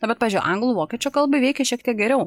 na bet pavyzdžiui anglų vokiečių kalbai veikia šiek tiek geriau